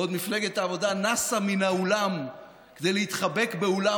בעוד מפלגת העבודה נסה מן האולם כדי להתחבק באולם